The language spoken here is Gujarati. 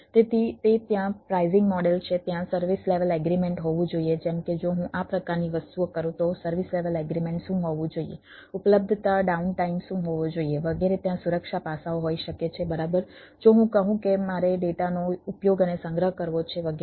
તેથી તે ત્યાં પ્રાઈઝિંગ મોડેલ છે ત્યાં સર્વિસ લેવલ એગ્રીમેન્ટ શું હોવું જોઈએ વગેરે ત્યાં સુરક્ષા પાસાઓ હોઈ શકે છે બરાબર જો હું કહું કે મારે ડેટાનો ઉપયોગ અને સંગ્રહ કરવો છે વગેરે